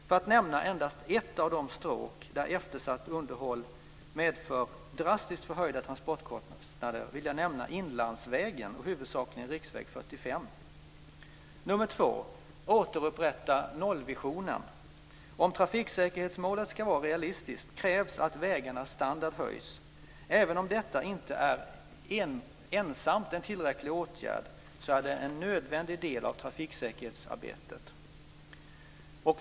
För att nämna endast ett av de stråk där eftersatt underhåll medför drastiskt förhöjda transportkostnader vill jag nämna inlandsvägen, huvudsakligen riksväg 45. För det andra: Återupprätta nollvisionen. Om trafiksäkerhetsmålet ska vara realistiskt krävs att vägarnas standard höjs. Även om detta inte ensamt är en tillräcklig åtgärd är det en nödvändig del av trafiksäkerhetsarbetet.